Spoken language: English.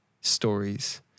stories